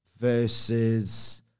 versus